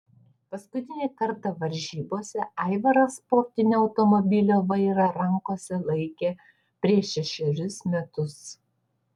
paskutinį kartą varžybose aivaras sportinio automobilio vairą rankose laikė prieš šešerius metus